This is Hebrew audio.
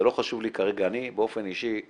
אני באופן אישי,